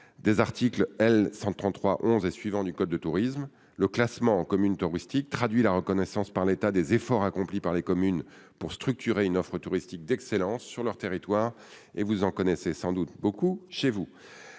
des articles L. 133-11 et suivants du code du tourisme. Le classement en « communes touristiques » traduit la reconnaissance par l'État des efforts accomplis par les communes pour structurer une offre touristique d'excellence sur leur territoire. La dernière réforme du classement,